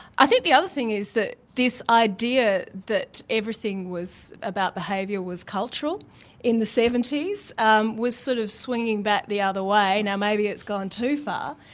i think the other thing is that this idea that everything was about behaviour was cultural in the seventy s it um was sort of swinging back the other way now maybe it's gone too far.